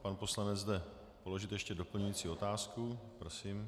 Pan poslanec jde položit ještě doplňující otázku, prosím.